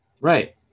Right